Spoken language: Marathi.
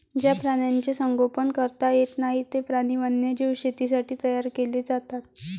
ज्या प्राण्यांचे संगोपन करता येत नाही, ते प्राणी वन्यजीव शेतीसाठी तयार केले जातात